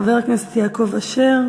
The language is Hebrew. חבר הכנסת יעקב אשר,